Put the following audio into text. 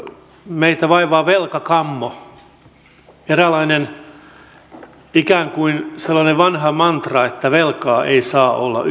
meitä vaivaa velkakammo eräänlainen ikään kuin sellainen vanha mantra että velkaa ei saa olla